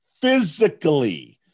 physically